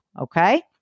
Okay